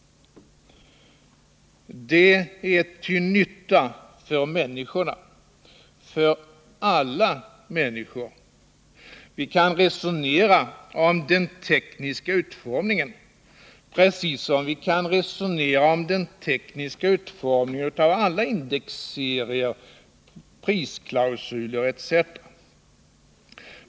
Det är till nytta för människorna, för alla människor. Vi kan resonera om den tekniska utformningen precis som vi kan resonera om den tekniska utformningen av alla indexserier, prisklausuler etc.